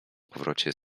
powrocie